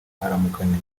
aramukanya